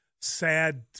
sad